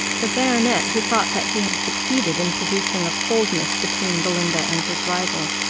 the baronet, who thought that he had succeeded in producing a coldness between belinda and his rival,